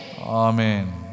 Amen